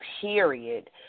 period